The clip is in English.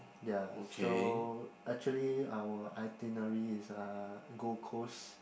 ya so actually our itinerary is uh Gold Coast